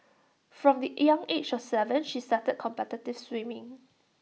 from the young age of Seven she started competitive swimming